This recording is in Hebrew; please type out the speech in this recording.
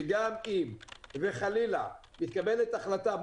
שגם אם וחלילה מתקבלת החלטה,